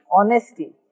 honesty